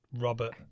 Robert